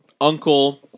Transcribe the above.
uncle